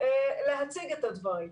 להציג את הדברים.